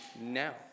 now